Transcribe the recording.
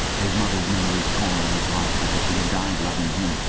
his mother's memory tore at his heart because she had died loving him,